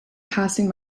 passing